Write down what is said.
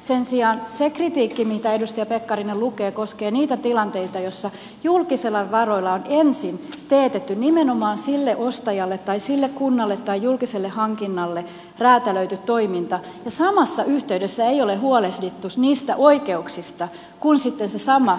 sen sijaan se kritiikki mitä edustaja pekkarinen lukee koskee niitä tilanteita joissa julkisilla varoilla on ensin teetetty nimenomaan sille ostajalle tai sille kunnalle tai julkiselle hankinnalle räätälöity toiminta ja samassa yhteydessä ei ole huolehdittu niistä oikeuksista kun sitten se sama